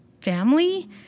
family